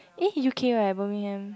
eh U_K right Birmingham